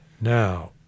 Now